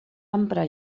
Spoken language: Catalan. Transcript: emprar